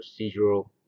Procedural